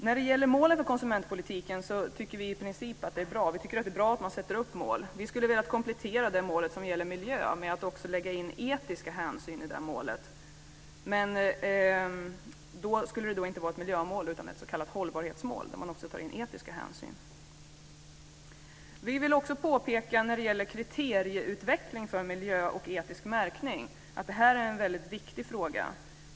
När det gäller målen för konsumentpolitiken tycker vi i princip att de är bra; det är bra att man sätter upp mål. Vi skulle vilja komplettera det mål som gäller miljön med att också lägga in etiska hänsyn i det målet. Men då skulle det inte vara ett miljömål utan ett s.k. hållbarhetsmål, där man också tar in etiska hänsyn. Vi vill också påpeka när det gäller kriterieutveckling för miljömärkning och etisk märkning att det här är en väldigt viktig fråga.